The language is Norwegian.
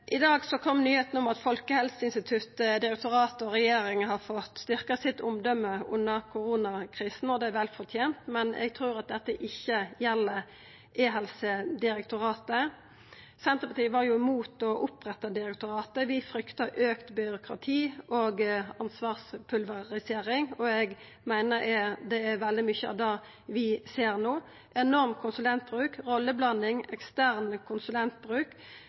I dag kom nyheita om at Folkehelseinstituttet, Helsedirektoratet og regjeringa har fått styrkt omdømmet sitt under koronakrisa, og det er vel fortent, men eg trur at dette ikkje gjeld Direktoratet for e-helse. Senterpartiet var imot å oppretta direktoratet. Vi frykta auka byråkrati og ansvarspulverisering, og eg meiner det er veldig mykje av det vi ser no – enorm konsulentbruk, rolleblanding,